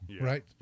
right